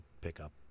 pickup